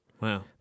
Wow